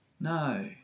No